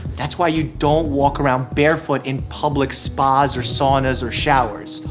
that's why you don't walk around barefoot in public spas or saunas or showers.